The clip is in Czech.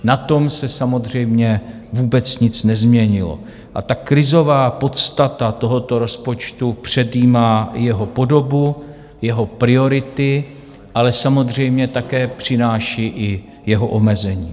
Na tom se samozřejmě vůbec nic nezměnilo a krizová podstata tohoto rozpočtu předjímá jeho podobu, jeho priority, ale samozřejmě také přináší i jeho omezení.